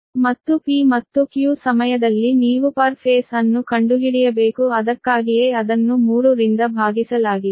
ಮತ್ತು P ಮತ್ತು Q ಸಮಯದಲ್ಲಿ ನೀವು ಪರ್ ಫೇಸ್ ಅನ್ನು ಕಂಡುಹಿಡಿಯಬೇಕು ಅದಕ್ಕಾಗಿಯೇ ಅದನ್ನು 3 ರಿಂದ ಭಾಗಿಸಲಾಗಿದೆ